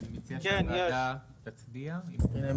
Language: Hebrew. אני מציע שהוועדה תצביע --- כן, יש.